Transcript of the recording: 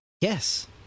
yes